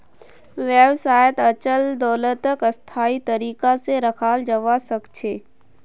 व्यवसायत अचल दोलतक स्थायी तरीका से रखाल जवा सक छे